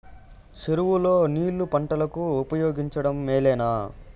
చెరువు లో నీళ్లు పంటలకు ఉపయోగించడం మేలేనా?